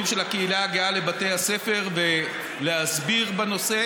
של הקהילה הגאה לבתי הספר ולהסביר בנושא,